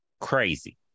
crazy